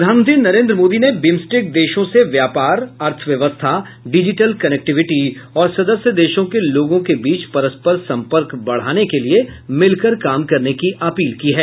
प्रधानमंत्री नरेन्द्र मोदी ने बिम्स्टेक देशों से व्यापार अर्थव्यवस्था डिजिटल कनेक्टिविटी और सदस्य देशों के लोगों के बीच परस्पर सम्पर्क बढ़ाने के लिए मिलकर काम करने की अपील की है